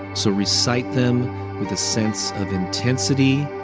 so recite them with a sense of intensity,